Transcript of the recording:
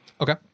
Okay